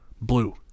Blue